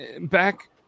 back